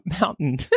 Mountain